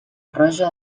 roja